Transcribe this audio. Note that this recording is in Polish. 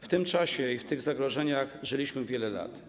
W tym czasie i w tych zagrożeniach żyliśmy wiele lat.